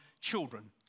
children